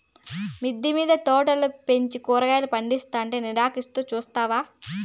మిద్దె మింద తోటలు పెంచి కూరగాయలు పందిస్తుంటే నిరాకరిస్తూ చూస్తావా